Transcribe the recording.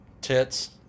tits